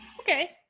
Okay